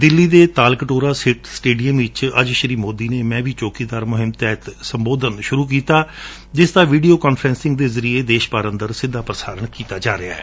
ਦਿੱਲੀ ਦੇ Talkatora stadium ਵਿਚ ਅੱਜ ਸ੍ਰੀ ਸੋਦੀ ਨੇ ਮੈਂ ਵੀ ਚੌਕੀਦਾਰ ਮੁਹਿੰਮ ਤਹਿਤ ਸੰਬੋਧਨ ਕਰ ਰਹੇ ਨੇ ਜਿਸ ਦਾ ਵੀਡੀਓ ਕਾਨਫਰਸਿੰਗ ਦੇ ਜ਼ਰੀਏ ਦੇਸ਼ ਭਰ ਵਿਚ ਸਿੱਧਾ ਪੁਸਾਰਣ ਕੀਤਾ ਜਾ ਰਿਹੈ